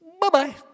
bye-bye